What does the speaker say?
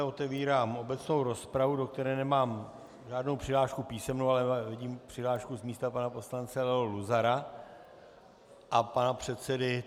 Otevírám obecnou rozpravu, do které nemám žádnou přihlášku písemnou, ale vidím přihlášku pana poslance Leo Luzara z místa a pana předsedy.